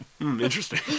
Interesting